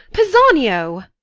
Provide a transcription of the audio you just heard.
pisanio!